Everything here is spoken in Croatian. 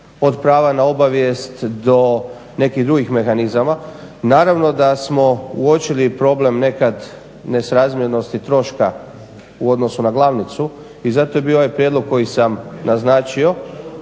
od prava na obavijest do nekih drugih mehanizama. Naravno da smo uočili problem nekad nesrazmjernosti troška u odnosu na glavnicu i zato je bio ovaj prijedlog koji sam naznačio